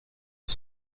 que